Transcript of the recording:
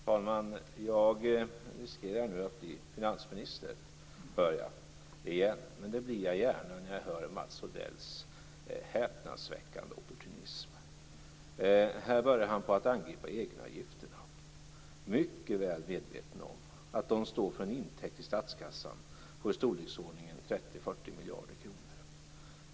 Fru talman! Jag riskerar nu, hör jag, att bli finansminister igen, men det blir jag gärna när jag hör Mats Odells häpnadsväckande opportunism. Här börjar han angripa egenavgifterna; mycket väl medveten om att de står för en intäkt i statskassan på i storleksordningen 30-40 miljarder kronor.